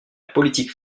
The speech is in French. politique